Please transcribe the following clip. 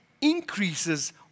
increases